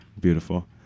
Beautiful